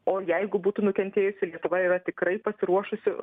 o jeigu būtų nukentėjusi lietuva yra tikrai pasiruošusi